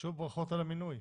ושוב ברכות על המינוי.